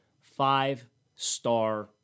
five-star